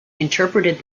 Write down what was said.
interpreted